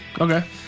Okay